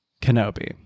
Kenobi